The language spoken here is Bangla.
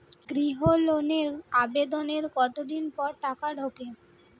গৃহ লোনের আবেদনের কতদিন পর টাকা ঢোকে?